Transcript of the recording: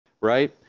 right